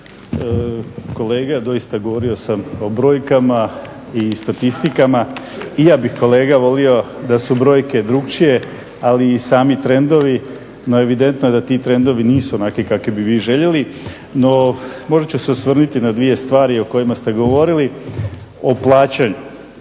Kolega doista govorio sam o brojkama i statistikama. I ja bih kolega volio da su brojke drukčije ali i sami trendovi no evidentno je da ti trendovi nisu onakvi kakvi bi vi željeli. No možda ću se osvrnuti na dvije stvari o kojima ste govorili o plaćanju.